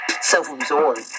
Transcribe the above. self-absorbed